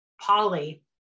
Polly